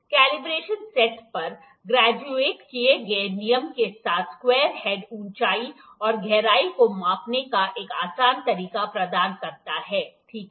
combination set पर graduate किए गए नियम के साथ स्क्वायर हेड ऊंचाई और गहराई को मापने का एक आसान तरीका प्रदान करता है ठीक है